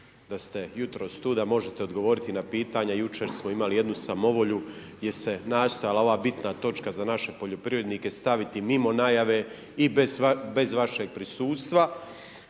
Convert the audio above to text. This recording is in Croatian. da ste jutros tu, da možete odgovoriti na pitanja. Jučer smo imali jednu samovolju gdje se nastojala gdje se nastojala ova bitna točka za naše poljoprivrednike staviti mimo najave i bez vašeg prisustva.